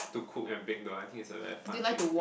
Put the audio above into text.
to cook and bake though I think it's a very fun thing to do